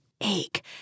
ache